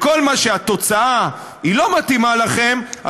בכל מה שהתוצאה לא מתאימה לכם,